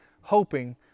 hoping